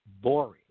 boring